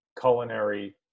culinary